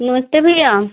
नमस्ते भैया